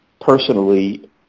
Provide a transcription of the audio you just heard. personally